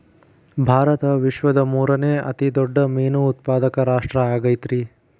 ಭಾರತ ವಿಶ್ವದ ಮೂರನೇ ಅತಿ ದೊಡ್ಡ ಮೇನು ಉತ್ಪಾದಕ ರಾಷ್ಟ್ರ ಆಗೈತ್ರಿ